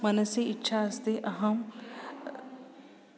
मनसि इच्छा अस्ति अहं